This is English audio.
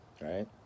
right